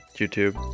youtube